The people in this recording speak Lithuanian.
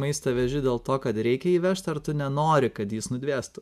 maistą veži dėl to kad reikia jį vežt ar tu nenori kad jis nudvėstų